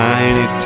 Tiny